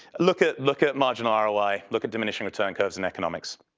look at look at margin ah roi, look at diminishing return curves and economics.